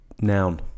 noun